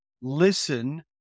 listen